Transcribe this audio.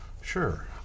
Sure